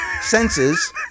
Senses